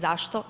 Zašto?